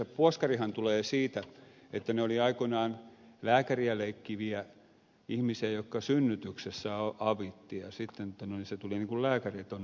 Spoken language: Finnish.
sana puoskari sehän tulee siitä että ne olivat aikoinaan lääkäriä leikkiviä ihmisiä jotka synnytyksessä avittivat ja sitten lääkärit ovat olleet puoskareita